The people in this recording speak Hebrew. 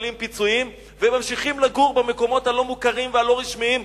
מקבלים פיצויים וממשיכים לגור במקומות הלא-מוכרים והלא-רשמיים,